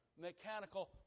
mechanical